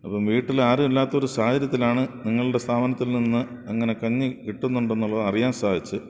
അപ്പോള് വീട്ടിൽ ആരും ഇല്ലാത്ത ഒരു സാഹചര്യത്തിലാണ് നിങ്ങളുടെ സ്ഥാപനത്തിൽ നിന്ന് അങ്ങനെ കഞ്ഞി കിട്ടുന്നുണ്ടെന്നുള്ളത് അറിയാൻ സാധിച്ചു